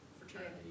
fraternity